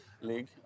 league